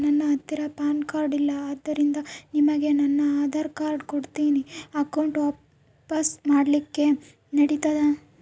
ನನ್ನ ಹತ್ತಿರ PAN card ಇಲ್ಲ ಆದ್ದರಿಂದ ನಿಮಗೆ ನನ್ನ ಆಧಾರ್ ಕಾರ್ಡ್ ಕೊಡ್ತೇನಿ ಅಕೌಂಟ್ ಓಪನ್ ಮಾಡ್ಲಿಕ್ಕೆ ನಡಿತದಾ?